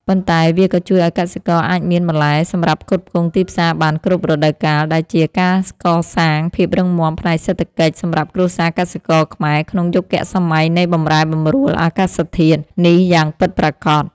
ប៉ុន្តែវាក៏ជួយឱ្យកសិករអាចមានបន្លែសម្រាប់ផ្គត់ផ្គង់ទីផ្សារបានគ្រប់រដូវកាល ដែលជាការកសាងភាពរឹងមាំផ្នែកសេដ្ឋកិច្ចសម្រាប់គ្រួសារកសិករខ្មែរក្នុងយុគសម័យនៃបម្រែបម្រួលអាកាសធាតុនេះយ៉ាងពិតប្រាកដ។